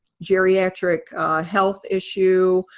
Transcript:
geriatric health issue.